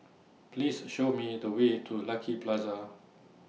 Please Show Me The Way to Lucky Plaza